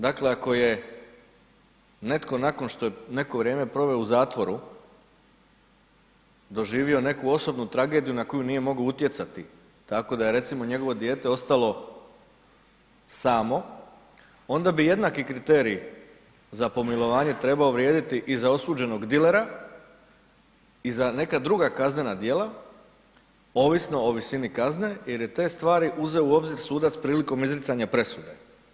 Dakle, ako je netko nakon što je neko vrijeme proveo u zatvoru doživio neku osobnu tragediju na koju nije mogao utjecati tako da je recimo njegovo dijete ostalo samo, onda bi jednaki kriterij za pomilovanje trebao vrijediti i za osuđenog dilera i za neka druga kaznena djela ovisno o visini kazne jer je te stvari uzeo u obzir sudac prilikom izricanja presude.